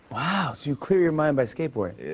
wow! so you clear your mind by skateboarding?